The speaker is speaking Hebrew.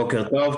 בוקר טוב.